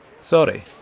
Sorry